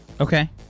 Okay